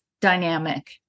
dynamic